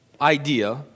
idea